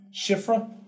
Shifra